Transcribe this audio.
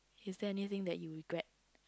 is that anything that you regret